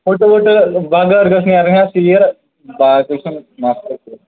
فُٹہٕ ؤٹہٕ بغٲر گٔژھِنو اگر مےٚ اتھ سیٖر باسہِ سُہ چھُنہٕ مَسلہٕ کیٚنٛہہ